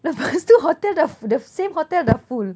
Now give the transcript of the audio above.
lepas tu hotel the the same hotel dah full